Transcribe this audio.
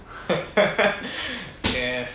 ya